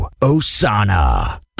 Osana